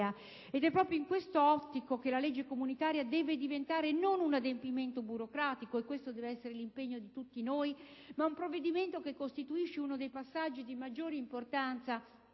È proprio in quest'ottica che la legge comunitaria deve diventare, non un adempimento burocratico - e questo deve essere l'impegno di tutti noi - ma un provvedimento che costituisce uno dei passaggi di maggiore importanza